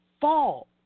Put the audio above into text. fall